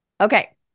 Okay